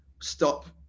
stop